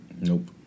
Nope